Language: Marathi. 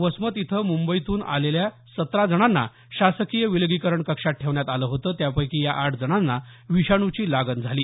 वसमत इथं मुंबईतून आलेल्या सतरा जणांना शासकीय विलगीकरण कक्षात ठेवण्यात आलं होतं त्यापैकी या आठ जणांना विषाणूची लागण झाली